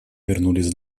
вернулись